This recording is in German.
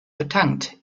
betankt